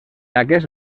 aquest